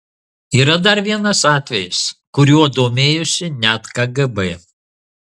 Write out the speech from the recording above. yra dar vienas atvejis kuriuo domėjosi net kgb